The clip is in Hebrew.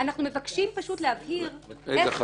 אנחנו מבקשים פשוט להבהיר איך חל החלק --- רגע,